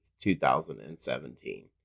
2017